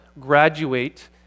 graduate